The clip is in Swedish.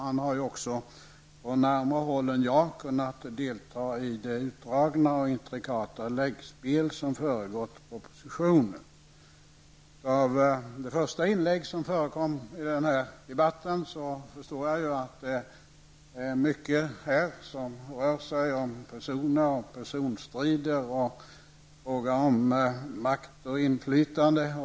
Han har också på närmare håll än jag kunnat delta i det utdragna och intrikata läggspel som har föregått propositionen. Av det första inlägg som gjordes i denna debatt förstår jag att mycket här rör sig om personer, personstrider. Det är fråga om makt och inflytande.